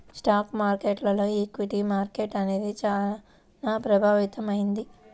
stock మార్కెట్టులో equity market అనేది చానా ప్రభావవంతమైంది